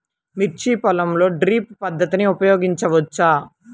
మిర్చి పొలంలో డ్రిప్ పద్ధతిని ఉపయోగించవచ్చా?